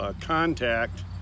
contact